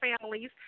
families